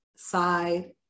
side